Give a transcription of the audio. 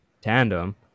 tandem